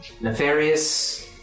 nefarious